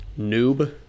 noob